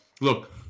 look